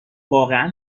واقعا